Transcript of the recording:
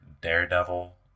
Daredevil